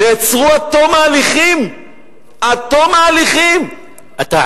נעצרו עד תום ההליכים, עד תום ההליכים.